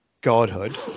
Godhood